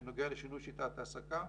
בנוגע לשינוי שיטת ההעסקה